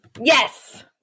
Yes